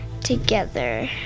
together